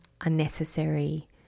unnecessary